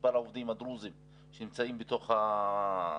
מאה אחוז.